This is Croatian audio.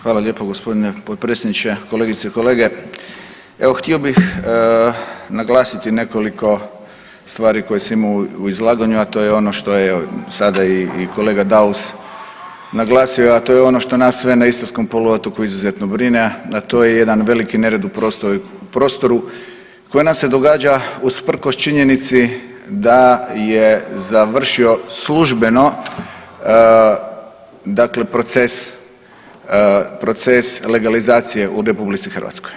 Hvala lijepo gospodine potpredsjedniče, kolegice i kolege, evo htio bi naglasiti nekoliko stvari koje sam imao u izlaganju a to je ono što je i sada kolega Daus naglasio a to je ono što nas sve na istarskom poluotoku izuzetno brine a to je jedan veliki nered u prostoru koji nam se događa usprkos činjenici da je završio službeno proces legalizacije u RH.